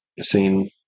seen